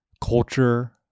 culture